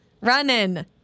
running